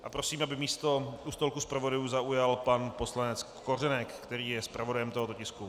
A prosím, aby místo u stolku zpravodajů zaujal pan poslanec Kořenek, který je zpravodajem tohoto tisku.